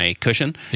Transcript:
Cushion